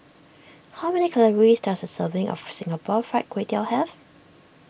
how many calories does a serving of Singapore Fried Kway Tiao have